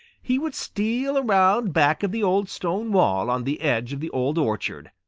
he would steal around back of the old stone wall on the edge of the old orchard,